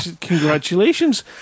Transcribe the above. Congratulations